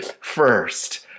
first